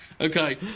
Okay